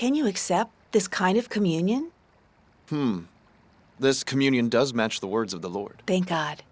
can you accept this kind of communion this communion does match the words of the lord thank god